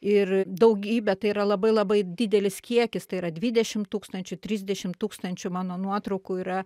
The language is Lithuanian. ir daugybę tai yra labai labai didelis kiekis tai yra dvidešim tūkstančių trisdešimt tūkstančių mano nuotraukų yra